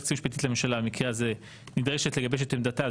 היועצת המשפטית לממשלה במקרה זה נדרשת לגבש את עמדתה.